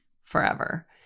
forever